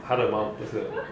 他的 mum 不是